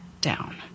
down